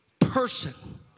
person